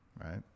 Right